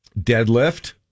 Deadlift